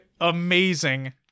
amazing